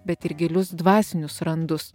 bet ir gilius dvasinius randus